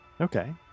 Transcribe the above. Okay